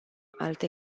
alte